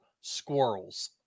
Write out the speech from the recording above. Squirrels